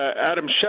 Adam